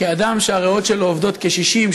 אדם שהריאות שלו עובדות כ-60%,